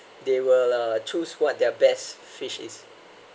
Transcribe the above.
they will lah choose what their best fish is